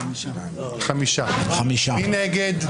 מי נגד?